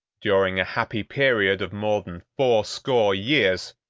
during a happy period of more than fourscore years,